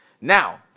Now